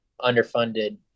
underfunded